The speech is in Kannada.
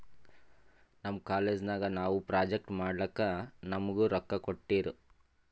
ನಮ್ ಕಾಲೇಜ್ ನಾಗ್ ನಾವು ಪ್ರೊಜೆಕ್ಟ್ ಮಾಡ್ಲಕ್ ನಮುಗಾ ರೊಕ್ಕಾ ಕೋಟ್ಟಿರು